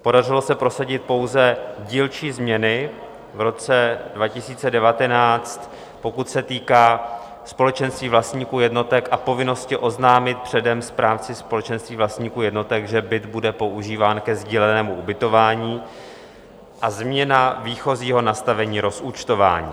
Podařilo se prosadit pouze dílčí změny v roce 2019, pokud se týká společenství vlastníků jednotek a povinnosti oznámit předem správci společenství vlastníků jednotek, že byt bude používán ke sdílenému ubytování, a změna výchozího nastavení rozúčtování.